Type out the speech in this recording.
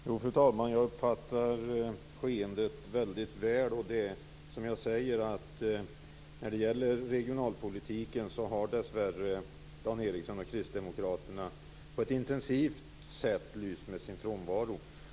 Fru talman! Jo, fru talman, jag uppfattar skeendet väldigt väl, och det är som jag säger. När det gäller regionalpolitiken har dessvärre Dan Ericsson och kristdemokraterna på ett intensivt sätt lyst med sin frånvaro.